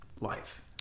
life